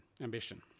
ambition